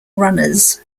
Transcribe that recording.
runners